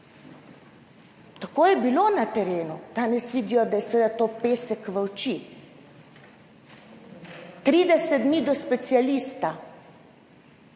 Tako je bilo na terenu. Danes vidijo, da je to seveda pesek v oči. 30 dni do specialista.